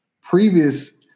previous